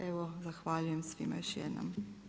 Evo zahvaljujem svima još jednom.